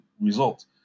result